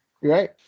right